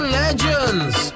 legends